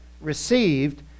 received